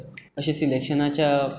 अशें सिलेक्शनाच्या